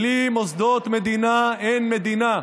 בלי מוסדות מדינה אין מדינה.